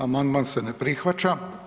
Amandman se ne prihvaća.